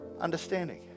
understanding